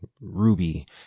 ruby